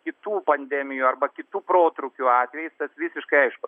kitų pandemijų arba kitų protrūkių atvejais tas visiškai aišku